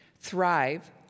Thrive